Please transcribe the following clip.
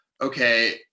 Okay